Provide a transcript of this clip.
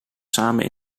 samen